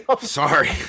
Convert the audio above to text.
Sorry